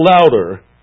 louder